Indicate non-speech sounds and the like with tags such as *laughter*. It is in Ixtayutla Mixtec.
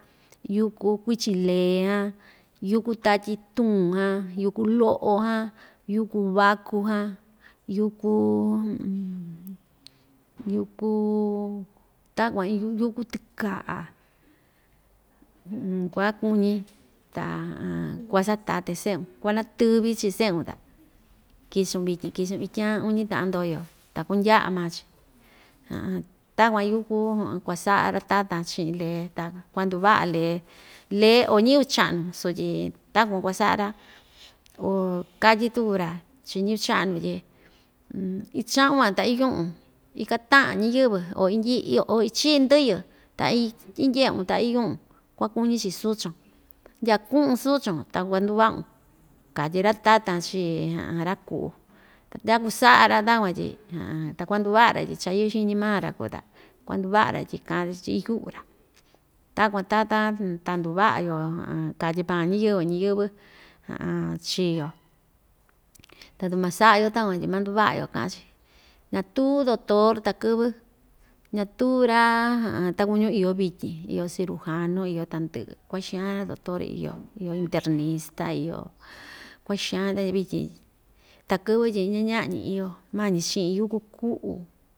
Yúku kuichin lee jan yúku tatyi tuun jan yúku lo'o jan yúku vakù jan yúku *hesitation* yúku takuan iin yu yúku tɨka'a *hesitation* kuakuñi ta *hesitation* kua‑sataten se'un kuanatɨ́vi chii se'un ta kichun vityin kichun ityaan uñi ta'an ndoyo ta kundya'a maa‑chi *hesitation* takuan yúku *hesitation* kuasa'a ra‑tatan chi'in lee ta kua‑ndu va'a lee lee o ñɨvɨ cha'nu sotyi takuan kuasa'a‑ra o katyituku‑ra chii ñɨvɨ cha'nu tyi icha'un van ta iyu'un ikata'an ñiyɨvɨ o indyi'i o ichi'i ndɨyɨ ta ii indye'un ta iyu'un kuakuñi‑chi suchon, ndyaa ku'un suchon ta kuandu va'un katyi ra‑tatan chii *hesitation* ra-ku'u ta takuan isa'a‑ra takuan tyi *hesitation* ta kuandu va'a‑ra tyi cha‑yɨ'ɨ xiñi maa‑ra kuu ta kuandu va'a‑ra tyi ka'an‑chi tyi iyu'u‑ra takuan tatan ta nduva'a‑yo *hesitation* katyi maa ñiyɨvɨ ñiyɨ́vɨ *hesitation* chii‑yo tatu ma‑sa'a‑yo takuan tyi ma‑nduva'a‑yo ka'an‑chi ñatuu doctor takɨ́vɨ ñatuu ra *hesitation* takuñu iyo vityin iyo cirujano iyo tandɨ'ɨ kua'a xaan doctor iyo iyo internista iyo, kua'a xaan de vityin takɨ́vɨ tyi ña‑ña'ñi iyo mañi chi'in yúku ku'u.